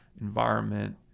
environment